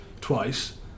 twice